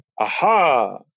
aha